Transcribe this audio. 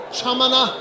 Chamana